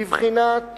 בבחינת